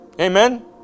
Amen